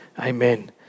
Amen